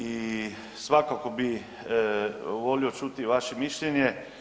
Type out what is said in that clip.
I svakako bih volio čuti vaše mišljenje.